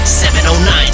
709